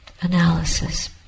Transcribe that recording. analysis